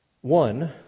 One